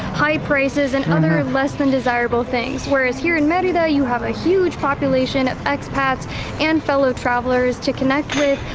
high prices, and other less than desirable things. whereas here in merida, you have a huge population of expats and fellow travelers to connect with,